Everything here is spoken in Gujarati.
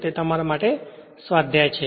તે તમારા માટે સ્વાધ્યાય છે